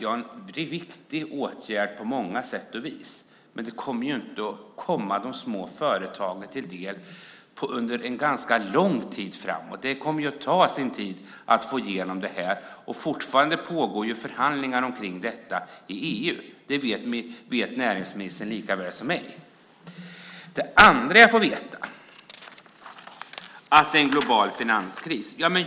Det är en viktig åtgärd på många sätt, men det kommer inte de små företagen till del på ganska länge. Det kommer att ta tid att få igenom det. Fortfarande pågår ju förhandlingar om detta i EU. Det vet näringsministern lika väl som jag. För det andra får jag veta att det är en global finanskris.